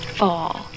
fall